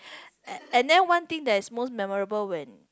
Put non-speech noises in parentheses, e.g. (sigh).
(breath) and then one thing that's most memorable when